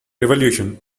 revolution